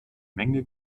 menge